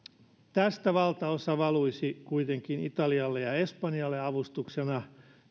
tästä valtaosa valuisi kuitenkin italialle ja espanjalle avustuksena